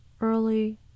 early